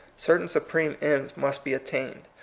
certain supreme ends must be attained.